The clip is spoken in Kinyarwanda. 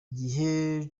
gihe